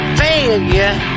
failure